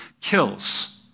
kills